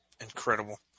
incredible